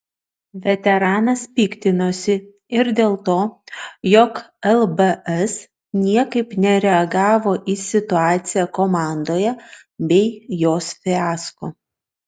veteranas piktinosi ir dėl to jog lbs niekaip nereagavo į situaciją komandoje bei jos fiasko